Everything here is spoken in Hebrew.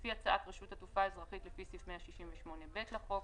לפי הצעת רשות התעופה האזרחית לפי סעיף 168(ב) לחוק,